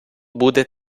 буде